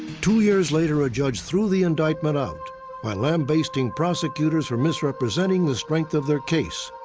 two years later, a judge threw the indictment out by lambasting prosecutors for misrepresenting the strength of their case.